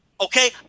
Okay